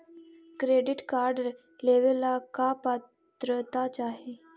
Credit card लेवेला का पात्रता चाही?